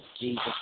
Jesus